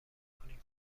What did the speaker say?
کنین